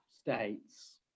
states